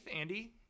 Andy